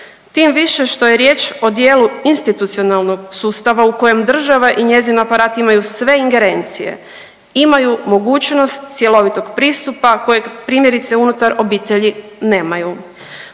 tim više što je riječ o djelu institucionalnog sustava u kojem država i njezin aparat imaju sve ingerencije, imaju mogućnost cjelovitog pristupa kojeg primjerice unutar obitelji nemaju.